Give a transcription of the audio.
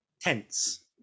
tense